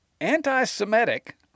anti-Semitic